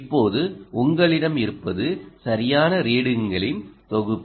இப்போது உங்களிடம் இருப்பது சரியான ரீடிங்களின் தொகுப்பு